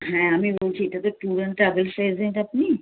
হ্যাঁ আমি বলছি এটাতে ট্যুর এন্ড ট্রাভেলস এজেন্ট আপনি